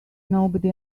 nobody